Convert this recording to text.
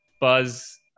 buzz